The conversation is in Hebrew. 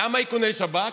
למה איכוני שב"כ?